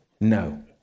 No